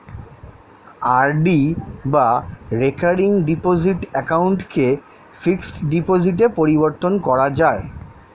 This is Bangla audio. আর.ডি বা রেকারিং ডিপোজিট অ্যাকাউন্টকে ফিক্সড ডিপোজিটে পরিবর্তন করা যায়